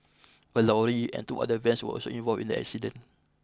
a lorry and two other vans were also involved in the accident